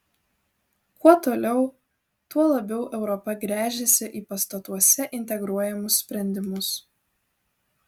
kuo toliau tuo labiau europa gręžiasi į pastatuose integruojamus sprendimus